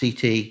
CT